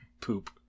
poop